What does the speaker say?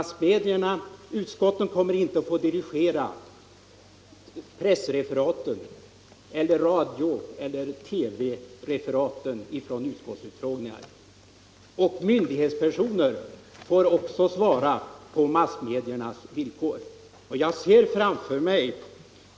Utskotten kommer inte att få dirigera press-, radioeller TV-referaten från utskotten. Också myndighetspersoner får svara på massmediernas villkor.